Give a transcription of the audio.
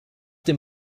dem